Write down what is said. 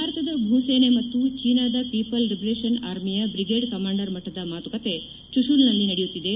ಭಾರತದ ಭೂಸೇನೆ ಮತ್ತು ಚೀನಾದ ಪೀಪಲ್ ಲಿಬರೇಷನ್ ಆರ್ಮಿಯ ಬ್ರಿಗೇಡ್ ಕಮಾಂಡರ್ ಮಟ್ಟದ ಮಾತುಕತೆ ಚುಶೂಲ್ನಲ್ಲಿ ನಡೆಯುತ್ತಿದೆ